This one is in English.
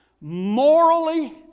morally